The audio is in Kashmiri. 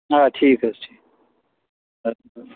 آ ٹھیٖک حظ ٹھیٖک اَدٕ حظ